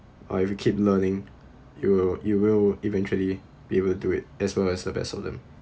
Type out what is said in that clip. or if you keep learning you will you will eventually be able do it as well as as the best of them